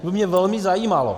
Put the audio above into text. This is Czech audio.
To by mě velmi zajímalo.